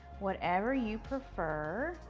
whatever you prefer.